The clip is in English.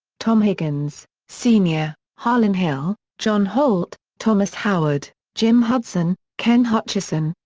tom higgins, sr, harlon hill, john holt, thomas howard, jim hudson, ken hutcherson,